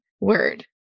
word